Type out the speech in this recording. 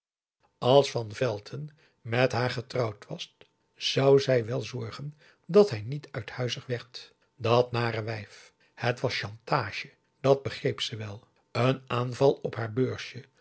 als van velton met haar getrouwd was zou zij wel zorgen dat hij niet uithuizig werd dat nare wijf het was chantage dat begreep ze wel een aanval op haar beursje